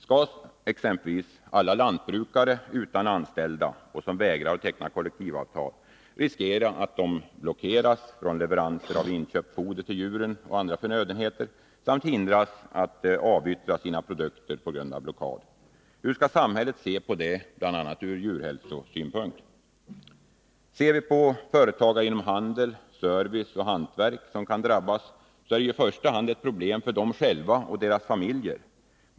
Skall exempelvis alla lantbrukare utan anställda, och som vägrar teckna kollektivavtal, riskera att blockeras från leveranser av inköpt foder till djuren och andra förnödenheter samt hindras att avyttra sina produkter på grund av blockad? Hur skall samhället se på detta ur bl.a. djurhälsosynpunkt? Ser vi på företagare inom handel, service och hantverk som kan drabbas, finner vi att det i första hand är ett problem för dem själva och deras familjer.